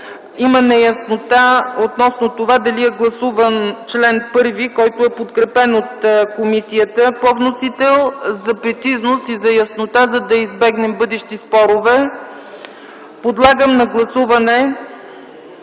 Има неяснота относно това дали е гласуван чл. 1, който е подкрепен от комисията, по вносител. За прецизност и за яснота, за да избегнем бъдещи спорове, подлагам на гласуване